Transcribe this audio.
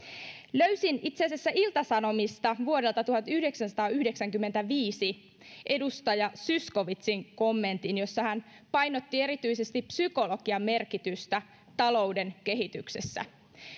löysin itse asiassa ilta sanomista vuodelta tuhatyhdeksänsataayhdeksänkymmentäviisi edustaja zyskowiczin kommentin jossa hän painotti erityisesti psykologian merkitystä talouden kehityksessä